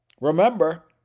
Remember